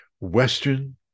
Western